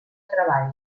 treball